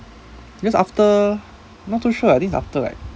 because after not too sure I think after like